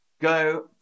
go